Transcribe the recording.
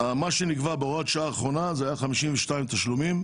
מה שנקבע בהוראת השעה האחרונה היה 52 תשלומים.